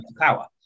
power